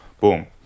Boom